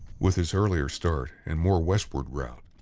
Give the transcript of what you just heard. with his earlier start and more westward route,